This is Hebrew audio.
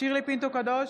שירלי פינטו קדוש,